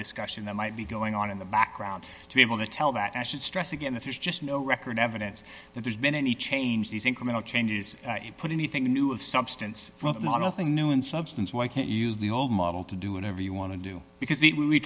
discussion that might be going on in the background to be able to tell that i should stress again that there's just no record evidence that there's been any change these incremental changes put anything new of substance nothing new in substance why can't you use the old model to do whatever you want to do because